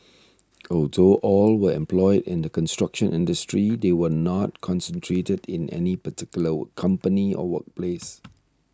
although all were employed in the construction industry they were not concentrated in any particular company or workplace